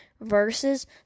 versus